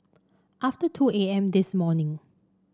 after two A M this morning